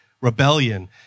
rebellion